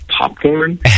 popcorn